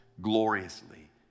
gloriously